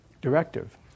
directive